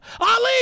Ali